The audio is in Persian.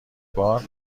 بار